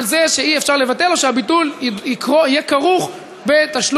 על זה שאי-אפשר לבטל או שהביטול יהיה כרוך בתשלום